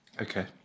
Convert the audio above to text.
Okay